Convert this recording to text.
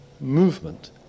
movement